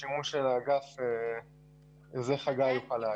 לגבי השימוש של האגף חגי יוכל להגיד.